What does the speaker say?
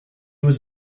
was